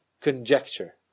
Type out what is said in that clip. conjecture